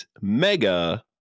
Mega